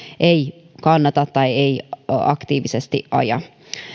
ei kannata tai ei aktiivisesti aja